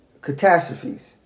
catastrophes